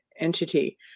Entity